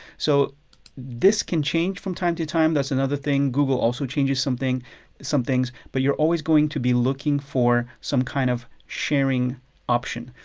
so this can change from time to time, that's another thing google also changes some things but you're always going to be looking for some kind of sharing option.